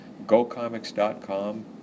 GoComics.com